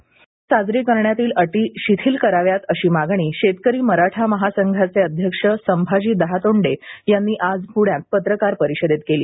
शिवजयंती शिवजयंती साजरी करण्यातील अटी शिथिल कराव्यात अशी मागणी शेतकरी मराठा महासंघाचे अध्यक्ष संभाजी दहातोंडे यांनी आज पूण्यात पत्रकार परिषदेत केली